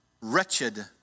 wretched